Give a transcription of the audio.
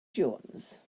jones